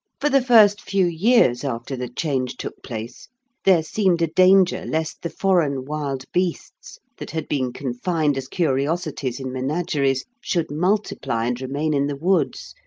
for the first few years after the change took place there seemed a danger lest the foreign wild beasts that had been confined as curiosities in menageries should multiply and remain in the woods.